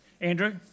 Andrew